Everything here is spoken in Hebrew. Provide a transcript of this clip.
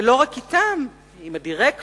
מתברר שכנראה רקחה אותו עם הדירקטורים,